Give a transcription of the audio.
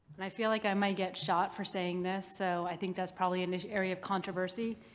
and i feel like i might get shot for saying this, so i think that's probably an area of controversy,